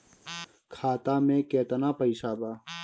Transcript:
खाता में केतना पइसा बा?